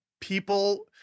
People